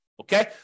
Okay